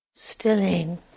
stilling